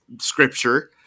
scripture